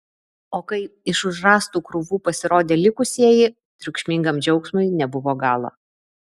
o kai iš už rąstų krūvų pasirodė likusieji triukšmingam džiaugsmui nebuvo galo